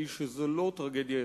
היא שזאת לא טרגדיה הכרחית.